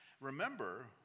Remember